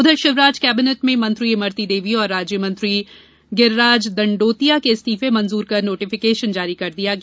उधर शिवराज कैबिनेट में मंत्री इमरती देवी और राज्य मंत्री गिरराज दंडोतिया के इस्तीफे मंजूर कर नोटिफिकेशन जारी कर दिया गया